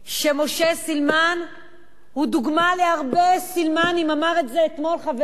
שמשה סילמן הוא דוגמה להרבה "סילמנים" אמר את זה אתמול חברי,